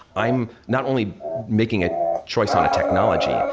i am not only making a choice on a technology.